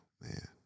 Man